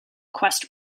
quest